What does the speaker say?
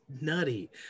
nutty